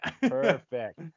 Perfect